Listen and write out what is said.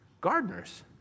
gardeners